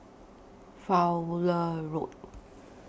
Fowlie Road